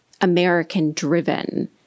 American-driven